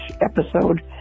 episode